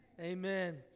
Amen